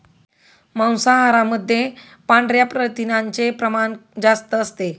मांसाहारामध्ये पांढऱ्या प्रथिनांचे प्रमाण जास्त असते